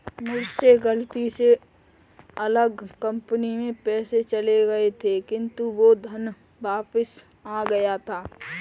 मुझसे गलती से अलग कंपनी में पैसे चले गए थे किन्तु वो धन वापिस आ गया था